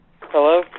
Hello